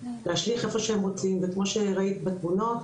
להשליך איפה שהם רוצים וכמו שראית בתמונות,